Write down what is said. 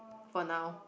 for now